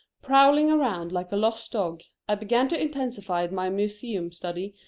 prowling around like a lost dog, i began to intensify my museum study,